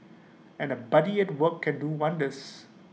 and A buddy at work can do wonders